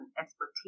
expertise